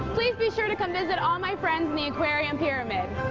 please be sure to come visit all my friends in the aquarium pyramid.